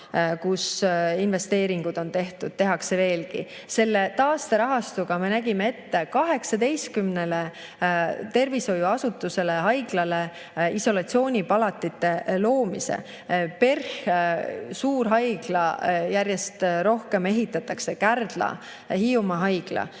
kus investeeringud on tehtud, tehakse veelgi. Selle taasterahastuga me nägime ette 18 tervishoiuasutusele, haiglale isolatsioonipalatite loomise. PERH on suur haigla, järjest rohkem ehitatakse. Kärdla, Hiiumaa Haigla.